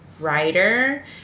writer